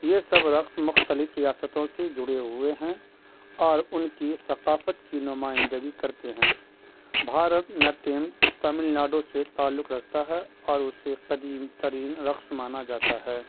یہ سب رقص مختلف ریاستوں سے جڑے ہوئے ہیں اور ان کی ثقافت کی نمائندگی کرتے ہیں بھارت نٹیم تمل ناڈو سے تعلق رکھتا ہے اور اسے قدیم ترین رقص مانا جاتا ہے